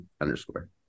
underscore